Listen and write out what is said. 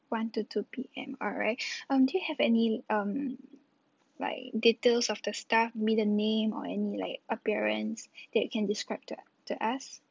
one to two P_M alright um do you have any um like details of the staff maybe the name or any like appearance that can describe to to us